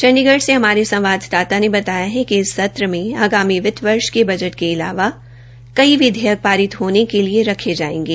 चंडीगढ़ से संवाददाता हमारे ने बताया कि इस सत्र में आगामी वित्त वर्ष के बजट के अलावा कई विधेयक पारित होने के लिए रखे जायेंगे